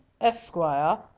Esquire